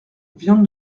viande